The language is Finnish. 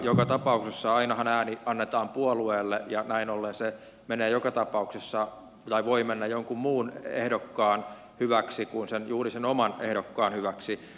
joka tapauksessa ainahan ääni annetaan puolueelle ja näin ollen se joka tapauksessa voi mennä jonkun muun ehdokkaan hyväksi kuin juuri sen oman ehdokkaan hyväksi